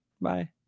Bye